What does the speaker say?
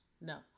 No